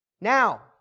Now